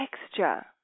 texture